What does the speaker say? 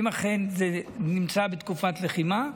אם אכן זה נמצא בתקופת לחימה,